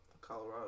colorado